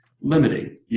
limiting